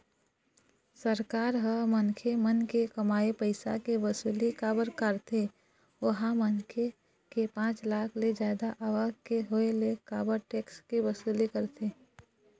सरकार ह मनखे मन के कमाए पइसा के वसूली काबर कारथे ओहा मनखे के पाँच लाख ले जादा आवक के होय ले काबर टेक्स के वसूली करथे?